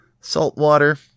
Saltwater